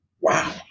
wow